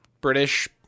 british